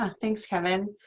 ah thanks kevin.